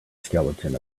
skeleton